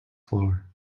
floor